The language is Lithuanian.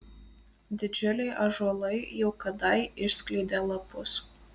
didžiuliai ąžuolai jau kadai išskleidė lapus